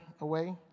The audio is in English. away